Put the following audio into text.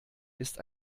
ist